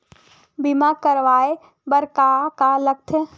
बीमा करवाय बर का का लगथे?